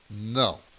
No